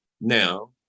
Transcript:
now